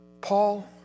Paul